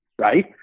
right